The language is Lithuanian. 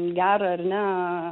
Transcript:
gerą ar ne